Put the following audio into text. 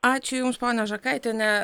ačiū jums ponia žakaitiene